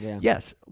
Yes